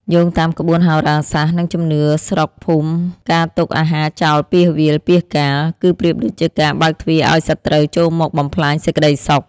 យោងតាមក្បួនហោរាសាស្ត្រ និងជំនឿស្រុកភូមិការទុកអាហារចោលពាសវាលពាសកាល គឺប្រៀបដូចជាការបើកទ្វារឱ្យសត្រូវចូលមកបំផ្លាញសេចក្តីសុខ។